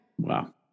Wow